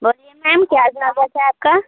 बोलिए मैम क्या स्वागत है आपका